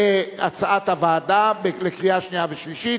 כהצעת הוועדה לקריאה שנייה ולקריאה שלישית,